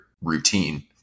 routine